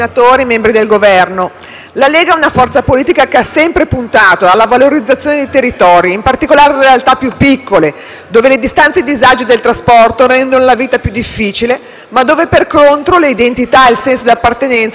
la Lega è una forza politica che ha sempre puntato alla valorizzazione dei territori, in particolare alle realtà più piccole, dove le distanze e i disagi del trasporto rendono la vita più difficile, ma dove, per contro, le identità e il senso di appartenenza sono più forti e radicati.